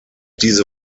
diese